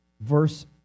verse